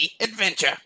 adventure